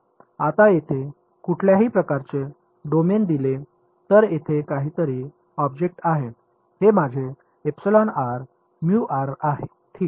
आता येथे कुठल्याही प्रकारचे डोमेन दिले तर येथे काहीतरी ऑब्जेक्ट आहे हे माझे आहे ठीक